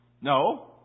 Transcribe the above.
No